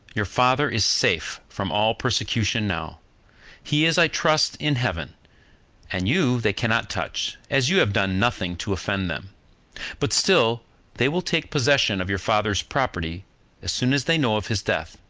your father is safe from all persecution now he is, i trust, in heaven and you they can not touch, as you have done nothing to offend them but still they will take possession of your father's property as soon as they know of his death,